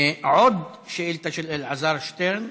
עוד שאילתה של אלעזר שטרן,